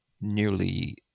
nearly